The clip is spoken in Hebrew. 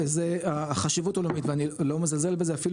זה החשיבות הלאומית ואני לא מזלזל בזה אפילו